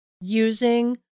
using